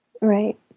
Right